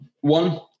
one